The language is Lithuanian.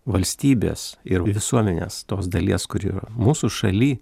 valstybės ir visuomenės tos dalies kuri yra mūsų šaly